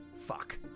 Fuck